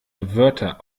wörter